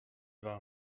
war